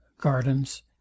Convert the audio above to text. gardens